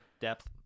depth